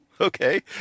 okay